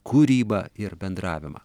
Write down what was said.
kūrybą ir bendravimą